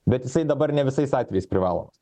bet jisai dabar ne visais atvejais privalomas